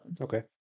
Okay